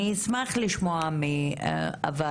אשמח לשמוע מהוועדה